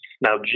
Now